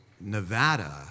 Nevada